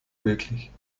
möglich